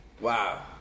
Wow